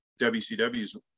WCW's